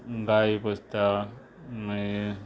गायी पोसता मागी